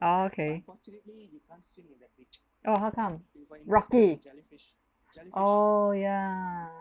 oh okay oh how come rocky oh yeah